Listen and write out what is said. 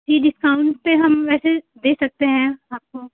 जी discount पर हम वैसे दे सकते हैं आपको